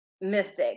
Mystic